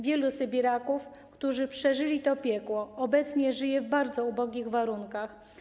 Wielu sybiraków, którzy przeżyli to piekło, obecnie żyje w bardzo ubogich warunkach.